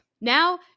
Now